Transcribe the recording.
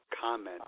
comment